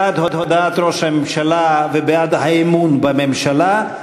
בעד הודעת ראש הממשלה ובעד האמון בממשלה,